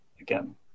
again